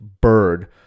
bird